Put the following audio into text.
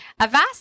Avast